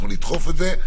נדחוף את זה.